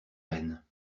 rênes